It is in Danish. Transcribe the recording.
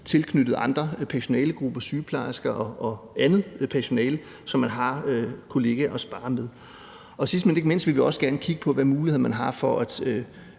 tilknyttet andre personalegrupper som sygeplejersker og andet personale, så man har kollegaer at spare med. Sidst, men ikke mindst, vil vi også gerne kigge på, hvilke muligheder man har for i